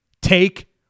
Take